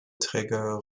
trigger